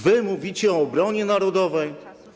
Wy mówicie o obronie narodowej?